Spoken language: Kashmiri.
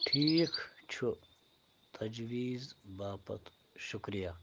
ٹھیٖک چھٗ تجویٖز باپتھ شُکریہ